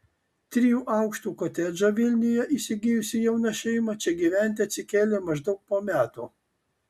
trijų aukštų kotedžą vilniuje įsigijusi jauna šeima čia gyventi atsikėlė maždaug po metų